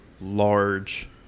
large